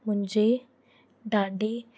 मुंहिंजे ॾाॾे